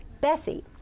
Bessie